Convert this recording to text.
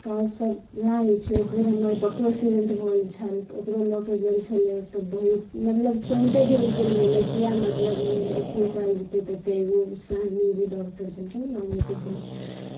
काजसभ उएह होइ छै एक बेर हमर पप्पो एक्सीडेंट भेल छएल तऽ ओकरो लऽ कऽ गेल छलै तऽ बहुत मतलब तुरन्ते भेज देल गेलै किएक मतलब ई अथिओ कएल जेतै तऽ एतहि एगो सहनी जी डॉक्टर छलखिन गाँवएके छलै